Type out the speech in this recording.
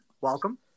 welcome